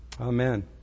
Amen